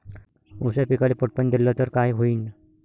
ऊस या पिकाले पट पाणी देल्ल तर काय होईन?